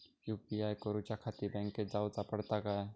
UPI करूच्याखाती बँकेत जाऊचा पडता काय?